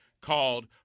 called